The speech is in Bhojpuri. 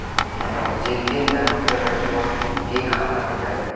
जेके नाम से रही वही के खाता मे जाई